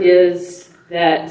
is that